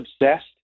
obsessed